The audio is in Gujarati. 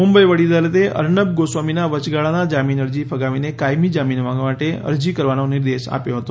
મુંબઈ વડી અદાલતે અર્નબ ગોસ્વામીના વચગાળાના જામીન અરજી ફગાવીને કાયમી જામીન માંગવા માટે અરજી કરવાનો નિર્દેશ આપ્યો હતો